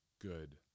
good